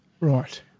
Right